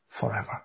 forever